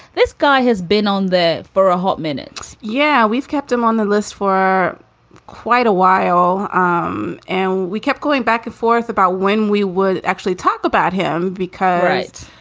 this guy has been on the for a hot minutes yeah, we've kept him on the list for quite a while um and we kept going back and forth about when we were actually talk about him because. right.